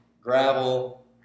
gravel